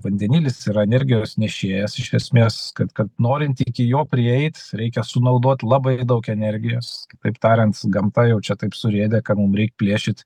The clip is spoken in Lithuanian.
vandenilis yra energijos nešėjas iš esmės kad kad norint iki jo prieit reikia sunaudot labai daug energijos kitaip tariant gamta jau čia taip surėdė kad mum reik plėšyt